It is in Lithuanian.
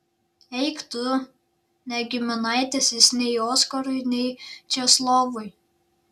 eik tu ne giminaitis jis nei oskarui nei česlovui